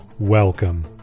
Welcome